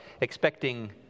expecting